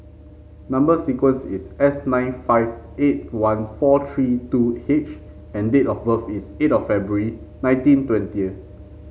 number sequence is S nine five eight one four three two H and date of birth is eight of February nineteen twenty